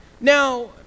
Now